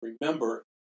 Remember